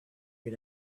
you